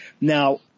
Now